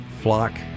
flock